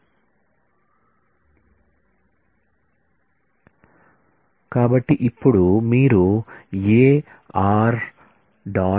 Refer Slide Time 2233 కాబట్టి ఇప్పుడు మీరు A r